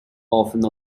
often